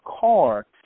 car